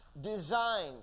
designed